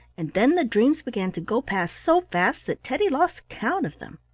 and then the dreams began to go past so fast that teddy lost count of them.